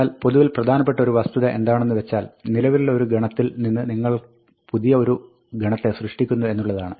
എന്നാൽ പൊതുവിൽ പ്രധാനപ്പെട്ട ഒരു വസ്തുത എന്താണെന്ന് വെച്ചാൽ നിലവിലുള്ള ഒരു ഗണത്തിൽ നിന്ന് നിങ്ങൾ പുതിയ ഒരു ഗണത്തെ സൃഷ്ടിക്കുന്നു എന്നുള്ളതാണ്